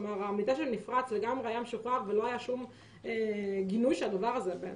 המידע שם נפרץ לגמרי והיה משוחרר ולא היה שום גינוי של הדבר הזה.